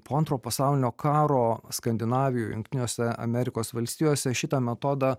po antro pasaulinio karo skandinavijoj jungtinėse amerikos valstijose šitą metodą